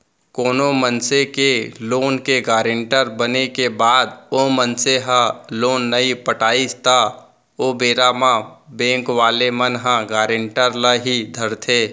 कोनो मनसे के लोन के गारेंटर बने के बाद ओ मनसे ह लोन नइ पटाइस त ओ बेरा म बेंक वाले मन ह गारेंटर ल ही धरथे